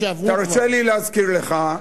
תרשה לי להזכיר לך.